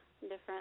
different